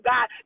God